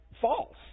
false